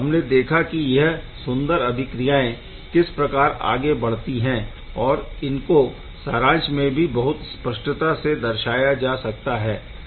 हमने देखा कि यह सुंदर अभिक्रियाएं किस प्रकार आगे बढ़ती है और इनको सारांश में भी बहुत स्पष्टता से दर्शाया जा सकता है